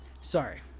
Sorry